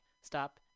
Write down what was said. Stop